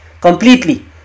completely